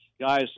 guys